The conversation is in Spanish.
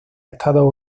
estados